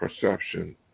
perception